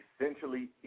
essentially